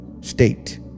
state